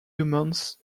humans